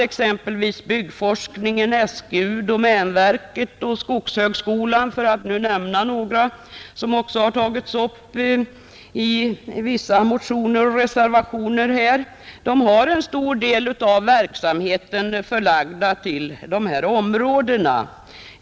Också byggforskningen, SGU, domänverket och skogshögskolan — för att nämna några exempel som också tagits upp i vissa motioner och reservationer — har en stor del av verksamheten förlagd till de här områdena.